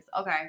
Okay